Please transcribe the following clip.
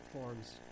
forms